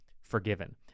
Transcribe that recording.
forgiven